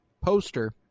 poster